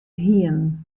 hienen